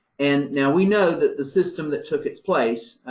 and now we know that the system that took its place,